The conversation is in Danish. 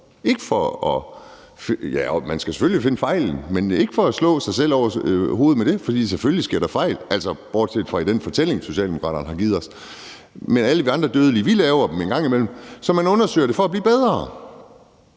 være for at slå sig selv i hovedet med det. Selvfølgelig sker der fejl, altså bortset fra i den fortælling, Socialdemokraterne har givet os. Men alle vi andre dødelige laver dem en gang imellem, og så undersøger man det for at blive bedre.